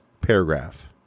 paragraph